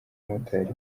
umumotari